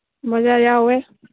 ꯃꯣꯖꯥ ꯌꯥꯎꯋꯦ